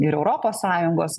ir europos sąjungos